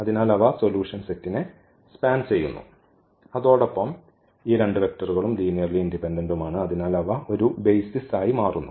അതിനാൽ അവ സൊലൂഷൻ സെറ്റിനെ സ്പാൻ ചെയ്യുന്നു അതോടൊപ്പം ഈ രണ്ട് വെക്റ്ററുകളും ലീനിയർലി ഇൻഡിപെൻഡന്റും ആണ് അതിനാൽ അവ ഒരു ബെയ്സിസ് ആയി മാറുന്നു